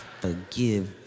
forgive